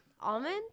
Almond